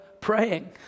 praying